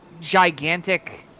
gigantic